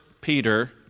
Peter